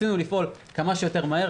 רצינו לפעול כמה שיותר מהר,